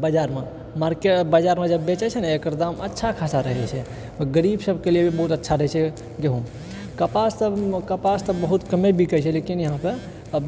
बजारमे मारकेट बजारमे बेचै छै ने एकर दाम अच्छा खासा रहै छै गरीब सभकेँ लेल बहुत अच्छा रहै छै गेहूँ कपास तऽ कपास तऽ बहुत कमे बिकै छै लेकिन इहाँ पे आ